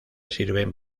sirven